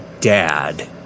dad